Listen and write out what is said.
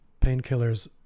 painkillers